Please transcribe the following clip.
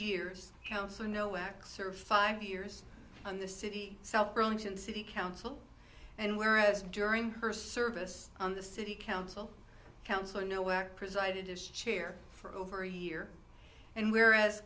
years council no acts or five years on the city south burlington city council and whereas during her service on the city council council in nowhere presided as chair for over a year and whereas